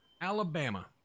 Alabama